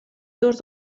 dos